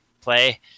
play